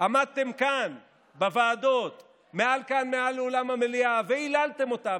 עמדתם כאן בוועדות וכאן באולם המליאה והיללתם אותה,